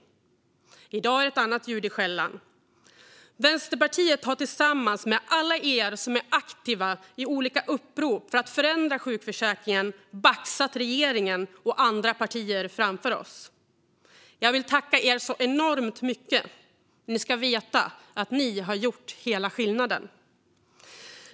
I dag är det annat ljud i skällan. Vi i Vänsterpartiet har tillsammans med alla er som är aktiva i olika upprop för att förändra sjukförsäkringen baxat regeringen och andra partier framför oss. Jag vill tacka er enormt mycket. Ni ska veta att ni har gjort hela skillnaden.